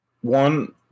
one